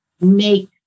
make